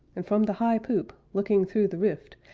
and from the high poop, looking through the rift,